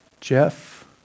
Jeff